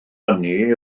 hynny